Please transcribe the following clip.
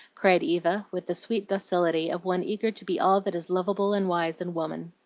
cried eva, with the sweet docility of one eager to be all that is lovable and wise in woman.